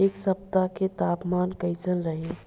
एह सप्ताह के तापमान कईसन रही?